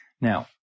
Now